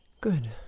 Good